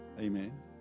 Amen